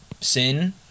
sin